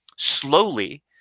slowly